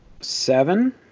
Seven